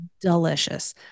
delicious